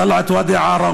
טלעת ואדי עארה,